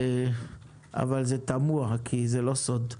זה תמוה, כי זה לא סוד.